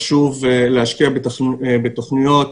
חשוב להשקיע בתוכניות